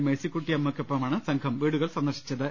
മേഴ്സിക്കുട്ടിയമ്മയ്ക്കൊപ്പമാണ് സംഘം വീടുകൾ സന്ദർശിച്ചത്